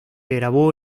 grabó